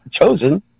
chosen